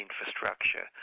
infrastructure